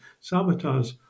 sabotage